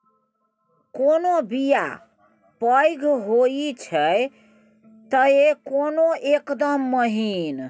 कोनो बीया पैघ होई छै तए कोनो एकदम महीन